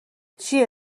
چیه